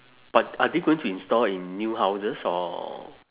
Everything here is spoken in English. but are they going to install in new houses or